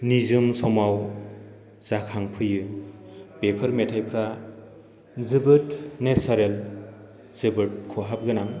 निजोम समाव जाखांफैयो बेफोर मेथायफ्रा जोबोद नेचारेल जोबोद खहाब गोनां